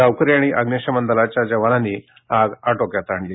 गावकरी आणि अग्नीशमन दलाच्या जवानांनी आग आटोक्यात आणली